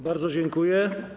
Bardzo dziękuję.